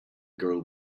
girl